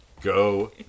go